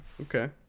Okay